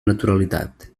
naturalitat